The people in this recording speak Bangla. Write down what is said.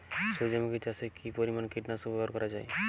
সূর্যমুখি চাষে কি পরিমান কীটনাশক ব্যবহার করা যায়?